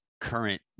current